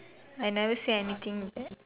I never say anything bad